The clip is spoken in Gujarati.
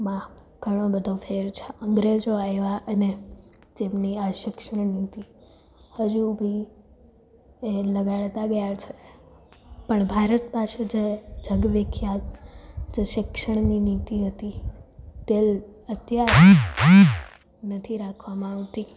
માં ઘણો બધો ફેર છે અંગ્રેજો આવ્યા અને તેમની આ શિક્ષણ નીતિ હજુ બી એ લગાડતા ગયા છે પણ ભારત પાસે જે જગ વિખ્યાત જે શિક્ષણની નીતિ હતી તે અત્યારે નથી રાખવામાં આવતી